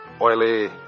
oily